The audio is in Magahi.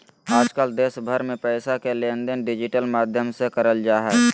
आजकल देश भर मे पैसा के लेनदेन डिजिटल माध्यम से करल जा हय